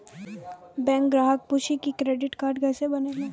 Bank ग्राहक पुछी की क्रेडिट कार्ड केसे बनेल?